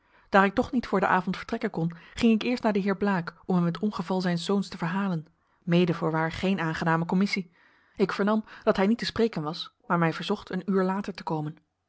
daar ik toch niet voor den avond vertrekken kon ging ik eerst naar den heer blaek om hem het ongeval zijns zoons te verhalen mede voorwaar geen aangename commissie ik vernam dat hij niet te spreken was maar mij verzocht een uur later te komen